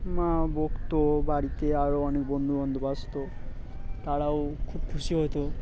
মা বকত বাড়িতে আরও অনেক বন্ধুবান্ধব আসত তারাও খুব খুশি হতো